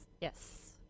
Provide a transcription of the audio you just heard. Yes